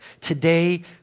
today